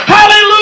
Hallelujah